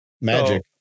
magic